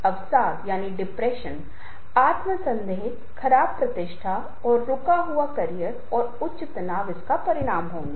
लेकिन जब लोगों को एक साथ लाया जाता है तो आपको पूरी प्रस्तुति को ध्यान में रखना होगा और आपको एक अलग अभिविन्यास रखना होगा अन्यथा यह एक विफलता होगी